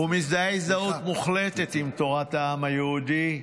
-- ומזדהה הזדהות מוחלטת עם תורת העם היהודי.